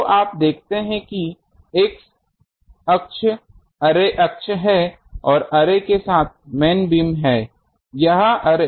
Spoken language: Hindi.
तो आप देखते हैं कि x अक्ष अर्रे अक्ष है और अर्रे के साथ मेन बीम है